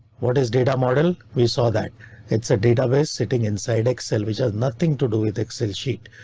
what is data model? we saw that it's a database sitting inside excel which has nothing to do with excel sheet.